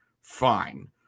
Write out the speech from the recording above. Fine